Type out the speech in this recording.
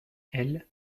elles